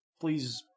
please